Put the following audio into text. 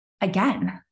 Again